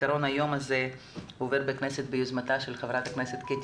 כעקרון היום הזה עובר ביוזמתה של ח"כ קטי